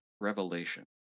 revelation